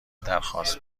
درخواست